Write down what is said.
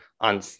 on